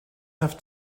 have